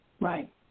Right